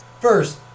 First